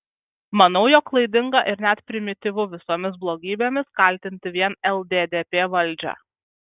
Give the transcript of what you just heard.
manau jog klaidinga ir net primityvu visomis blogybėmis kaltinti vien lddp valdžią